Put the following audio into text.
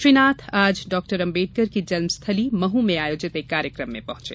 श्री नाथ आज डाक्टर अम्बेडकर की जन्मस्थली महू में आयोजित एक कार्यक्रम में पहुंचे